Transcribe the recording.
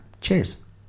Cheers